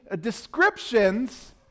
descriptions